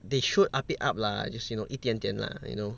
they should up it up lah just you know 一点点 lah you know